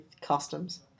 customs